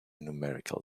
numerical